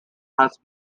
has